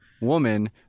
woman